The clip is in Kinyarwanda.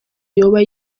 yoba